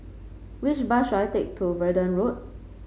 which bus should I take to Verdun Road